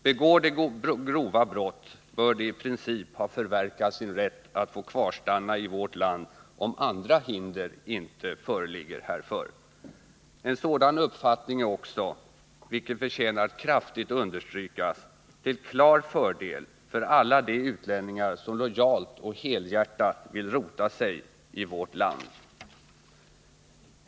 Begår de grova brott, bör de i princip ha förverkat sin rätt att kvarstanna i vårt land, om inte andra hinder föreligger härför. En sådan uppfattning är också — vilket förtjänar att kraftigt understrykas — en klar fördel för alla de utlänningar som lojalt och helhjärtat vill rota sig i vårt land.